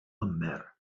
lambert